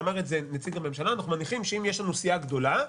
ואמר את זה נציג הממשלה אנחנו מניחים שאם יש לנו סיעה גדולה,